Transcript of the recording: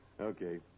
Okay